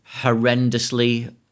horrendously